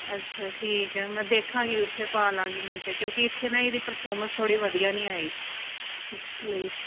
ਅੱਛਾ ਠੀਕ ਹੈ ਮੈਂ ਦੇਖਾਂਗੀ ਉੱਥੇ ਪਾ ਲਵਾਂਗੀ ਨਹੀ ਤਾਂ ਕਿਉਂਕਿ ਇੱਥੇ ਨਾ ਇਹਦੀ ਪਰਫੋਰਮੰਸ ਥੋੜ੍ਹੀ ਵਧੀਆ ਨਹੀਂ ਆਈ ਇਸ ਲਈ